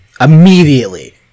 immediately